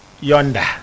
Yonder